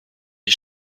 ich